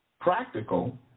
practical